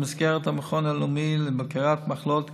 במסגרת המכון הלאומי לבקרת מחלות,